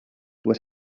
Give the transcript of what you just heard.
with